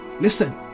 listen